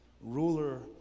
ruler